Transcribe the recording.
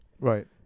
Right